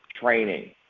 training